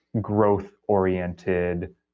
growth-oriented